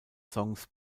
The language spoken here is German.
songs